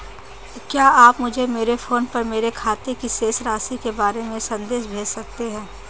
क्या आप मुझे मेरे फ़ोन पर मेरे खाते की शेष राशि के बारे में संदेश भेज सकते हैं?